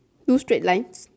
no straight line